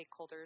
stakeholders